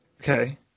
okay